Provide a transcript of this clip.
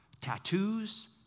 tattoos